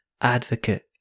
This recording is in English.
advocate